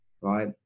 right